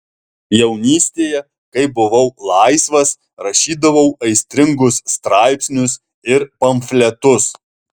jaunystėje kai buvau laisvas rašydavau aistringus straipsnius ir pamfletus